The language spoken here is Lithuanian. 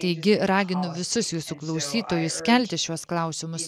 taigi raginu visus jūsų klausytojus kelti šiuos klausimus